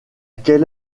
quelle